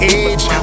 age